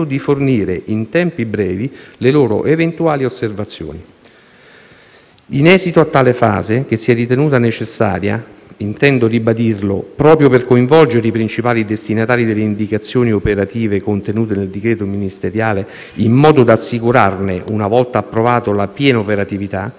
di fornire in tempi brevi le loro eventuali osservazioni. In esito a tale fase, che si è ritenuta necessaria - intendo ribadirlo - proprio per coinvolgere i principali destinatari delle indicazioni operative contenute nel decreto ministeriale in modo da assicurarne una volta approvato la piena operatività,